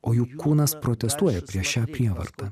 o juk kūnas protestuoja prieš šią prievartą